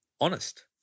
honest